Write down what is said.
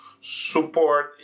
support